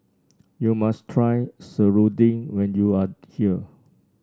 you must try serunding when you are here